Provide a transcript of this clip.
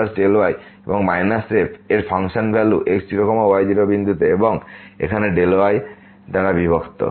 সুতরাং এখানে y0y এবং মাইনাস f এর ফাংশান ভ্যালু x0y0 বিন্দুতে এবং এখানে y দ্বারা বিভক্ত